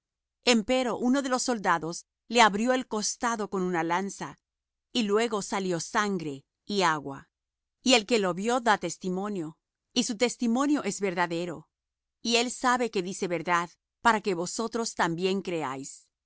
piernas empero uno de los soldados le abrió el costado con una lanza y luego salió sangre y agua y el que lo vió da testimonio y su testimonio es verdadero y él sabe que dice verdad para que vosotros también creáis